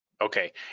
Okay